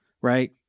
right